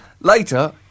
later